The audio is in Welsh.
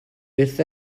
byth